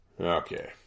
okay